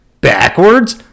backwards